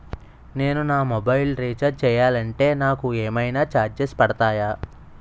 నేను నా mobile recharge చేయాలంటే నాకు ఏమైనా చార్జెస్ పడతాయా?